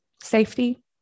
safety